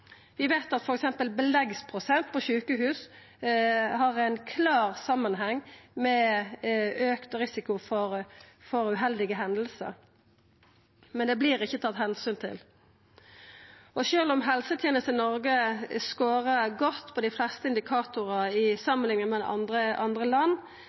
Vi veit at f.eks. beleggprosent på sjukehus har ein klar samanheng med auka risiko for uheldige hendingar, men det vert ikkje tatt omsyn til. Sjølv om helsetenesta i Noreg scorar godt på dei fleste indikatorar i samanlikning med andre land,